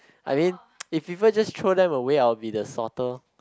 I mean if people just throw them away I will be the sorter